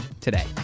today